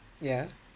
yeah